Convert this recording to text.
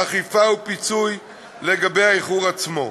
אכיפה ופיצוי לגבי האיחור עצמו.